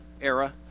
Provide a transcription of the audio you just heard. era